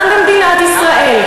גם במדינת ישראל,